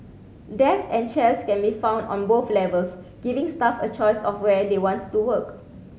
desks and chairs can be found on both levels giving staff a choice of where they want to work